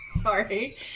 Sorry